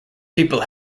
people